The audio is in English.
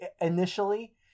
initially